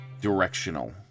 directional